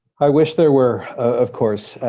i wish there were, of course.